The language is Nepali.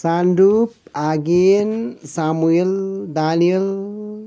सान्डुप आगेन सामुएल दानियल